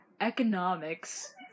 economics